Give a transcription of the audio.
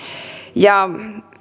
ja